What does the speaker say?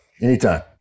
Anytime